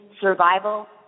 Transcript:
survival